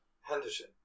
Henderson